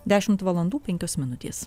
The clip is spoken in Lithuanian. dešimt valandų penkios minutės